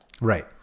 Right